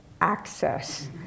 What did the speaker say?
access